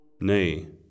Nay